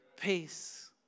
peace